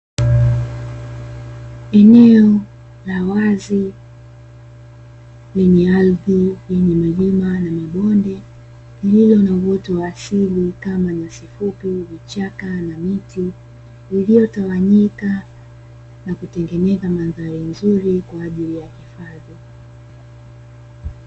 Eneo la wazi lenye ardhi yenye milima na mabonde, lililo na uoto wa asili kama nyasi fupi, vichaka na miti iliyotawanyika na kutengeneza mandhari nzuri kwa ajili ya hifadhi.